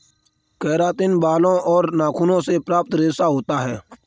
keratin बालों और नाखूनों से प्राप्त रेशा होता है